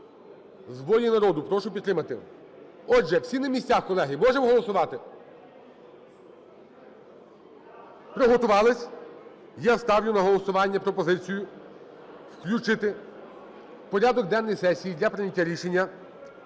з "Волі народу" прошу підтримати. Отже, всі на місцях, колеги, можемо голосувати? Приготувались? Я ставлю на голосування пропозицію включити в порядок денний сесії для прийняття рішення